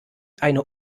eine